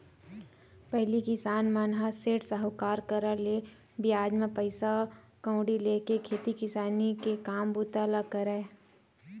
पहिली किसान मन ह सेठ, साहूकार करा ले बियाज म पइसा कउड़ी लेके खेती किसानी के काम बूता ल करय